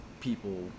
people